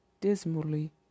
dismally